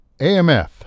AMF